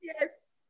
Yes